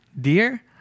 dear